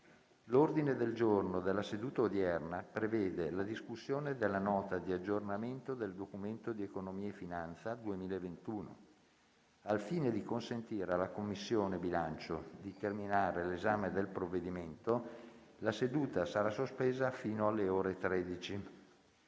L'ordine del giorno della seduta odierna prevede la discussione della Nota di aggiornamento del Documento di economia e finanza 2021. Al fine di consentire alla Commissione bilancio di terminare l'esame del provvedimento, la seduta sarà sospesa fino alle ore 13.